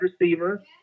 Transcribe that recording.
receiver